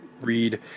read